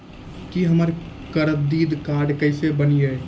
की हमर credit card केसे बनिये?